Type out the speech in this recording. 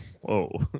Whoa